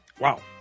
Wow